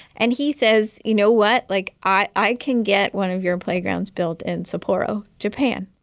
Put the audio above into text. and he says you know what. like i can get one of your playgrounds built in sapporo japan.